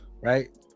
right